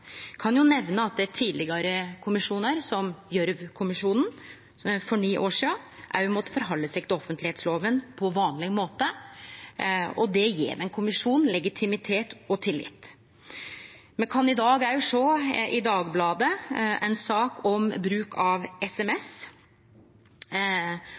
nemne at tidlegare kommisjonar, som Gjørv-kommisjonen for ni år sidan, òg måtte halde seg til offentleglova på vanleg måte. Det gjev ein kommisjon legitimitet og tillit. Me kan i dag òg sjå i Dagbladet ei sak om bruk av